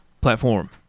platform